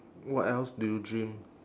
what else do you dream